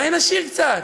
אולי נשיר קצת,